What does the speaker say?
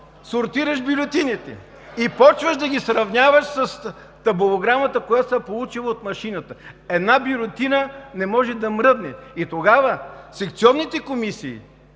сортираш бюлетините и почваш да ги сравняваш с табулограмата, която се е получила от машината. Една бюлетина не може да мръдне и тогава секционните комисии,